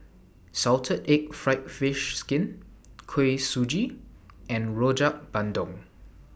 Salted Egg Fried Fish Skin Kuih Suji and Rojak Bandung